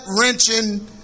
wrenching